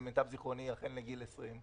למיטב זכרוני, אכן לגיל 20,